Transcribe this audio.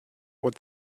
what